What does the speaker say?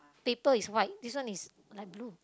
paper is white this one is light blue